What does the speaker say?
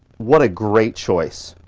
what a great choice.